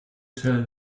tell